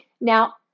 Now